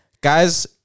Guys